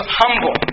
humble